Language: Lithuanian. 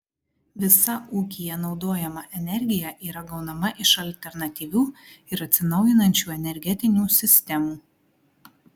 visa ūkyje naudojama energija yra gaunama iš alternatyvių ir atsinaujinančių energetinių sistemų